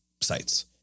sites